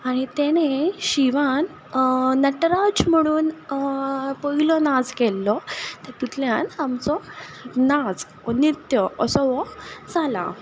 आनी ताणे शिवान नटराज म्हणून पयलो नाच केल्लो तेतूंतल्यान आमचो नाच वो नृत्य असो हो जाला